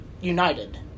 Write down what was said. United